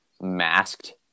masked